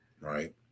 right